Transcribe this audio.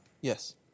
Yes